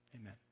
Amen